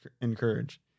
encourage